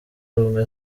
ubumwe